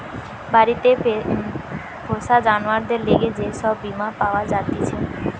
বাড়িতে পোষা জানোয়ারদের লিগে যে সব বীমা পাওয়া জাতিছে